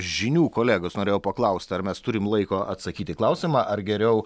žinių kolegos norėjau paklaust ar mes turim laiko atsakyt į klausimą ar geriau